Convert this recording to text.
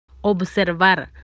Observar